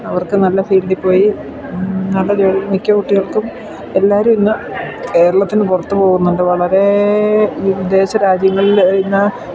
അവർക്ക് നല്ല ഫീൽഡിൽ പോയി നല്ല ജോലി മിക്ക കുട്ടികൾക്കും എല്ലാവരും ഇന്ന് കേരളത്തിന് പുറത്തു പോകുന്നുണ്ട് വളരെ വിദേശ രാജ്യങ്ങളിൽ ഇന്ന്